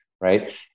right